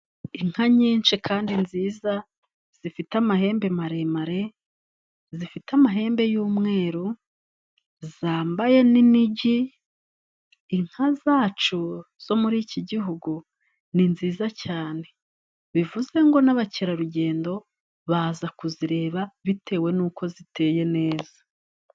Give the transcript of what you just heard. Inka nyinshi kandi nziza zifite amahembe maremare, zifite amahembe y'umweru zambaye n'inigi, inka zacu zo muri iki gihugu ni nzizaza cyane. Bivuzezwe ngo n'abakerarugendo baza kuzireba bitewe n'uko ziteye neza.